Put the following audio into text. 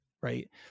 right